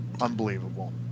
Unbelievable